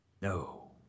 no